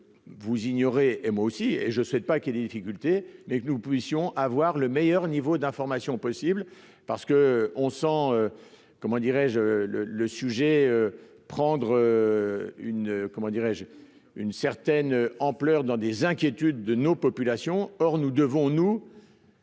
vous ignorez, et moi aussi et je souhaite pas qu'il y ait des difficultés et que nous puissions avoir le meilleur niveau d'information possible parce que on sent comment dirais-je le le sujet prendre une, comment dirais-je, une certaine ampleur dans des inquiétudes de nos populations, or nous devons-nous